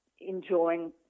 enjoying